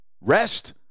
Rest